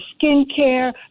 skincare